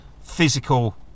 physical